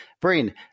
brain